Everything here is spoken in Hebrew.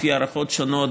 לפי הערכות שונות,